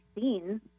seen